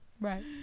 Right